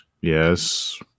Yes